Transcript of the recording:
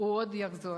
הוא עוד יחזור.